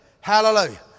Hallelujah